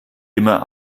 immer